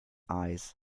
eyes